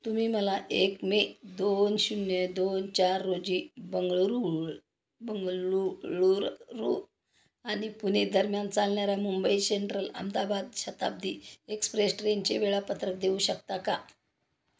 तुम्ही मला एक मे दोन शून्य दोन चार रोजी बंगळुरू बंगळुरू आणि पुणे दरम्यान चालणाऱ्या मुंबई सेंट्रल अहमदाबाद शताब्दी एक्सप्रेस ट्रेनचे वेळापत्रक देऊ शकता का